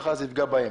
מחר זה יפגע בהם.